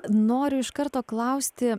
noriu iš karto klausti